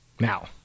Now